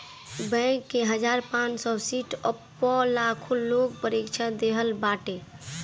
bank के हजार पांच सौ सीट पअ लाखो लोग परीक्षा देहले बाटे